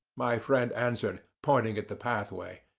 my friend answered, pointing at the pathway.